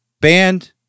banned